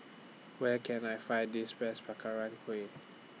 Where Can I Find This Best Kueh